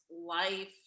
life